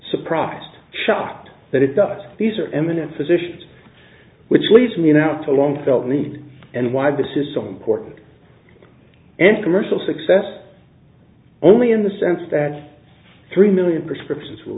surprised shocked that it does these are eminent physicians which leads me now to long felt need and why this is so important and commercial success only in the sense that three million prescriptions were